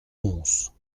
onze